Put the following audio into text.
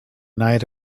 night